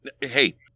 hey